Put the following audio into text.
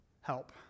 help